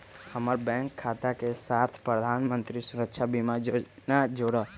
हम्मर बैंक खाता के साथ प्रधानमंत्री सुरक्षा बीमा योजना जोड़ा